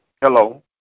Hello